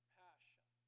passion